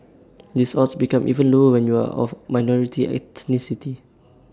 these odds become even lower when you are of A minority ethnicity